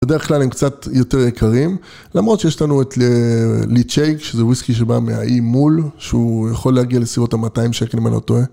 בדרך כלל הם קצת יותר יקרים, למרות שיש לנו את ליצ'ייק, שזה וויסקי שבא מהאי מול, שהוא יכול להגיע לסביבות ה-200 שקל אם אני לא טועה.